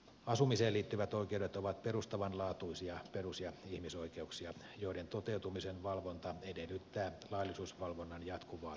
asumiseen liittyvät oikeudet ovat perustavanlaatuisia perus ja ihmisoikeuksia joiden toteutumisen valvonta edellyttää laillisuusvalvonnan jatkuvaa kehittämistä